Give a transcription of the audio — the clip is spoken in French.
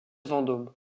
vendôme